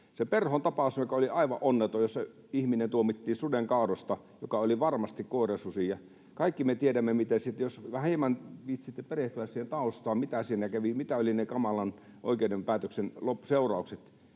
Perhon tapaus, jossa ihminen tuomittiin suden kaadosta, ja se oli varmasti koirasusi. Kaikki me tiedämme, jos hieman viitsitte perehtyä siihen taustaan, mitä siinä kävi ja mitä olivat ne kamalan oikeuden päätöksen seuraukset...